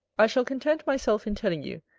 i shall content myself in telling you,